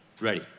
ready